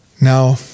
Now